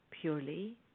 purely